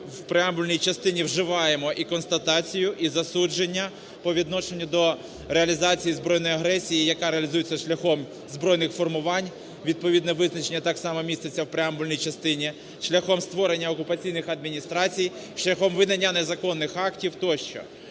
в преамбульній частині вживаємо і констатацію і засудження по відношенню до реалізації збройної агресії, яка реалізується шляхом збройних формувань, відповідне визначення так само міститься в преамбульній частині, шляхом створення окупаційних адміністрацій, шляхом видання незаконних актів тощо.